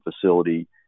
facility